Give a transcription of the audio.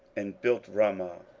and built ramah,